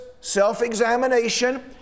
self-examination